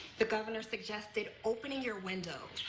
the governor suggested opening your windows.